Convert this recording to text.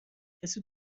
کسی